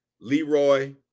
Leroy